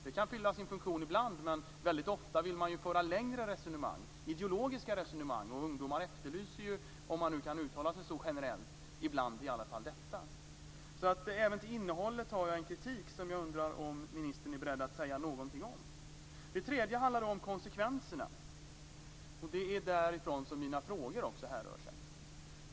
Det kan fylla sin funktion ibland, men väldigt ofta vill man ju föra längre resonemang, ideologiska resonemang. Och ungdomar, om man nu kan uttala sig så generellt, efterlyser i alla fall ibland detta. Så även när det gäller innehållet har jag en kritik som jag undrar om ministern är beredd att säga någonting om. Det tredje handlar om konsekvenserna. Det är från dem som mina frågor härrör.